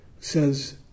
says